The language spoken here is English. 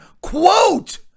Quote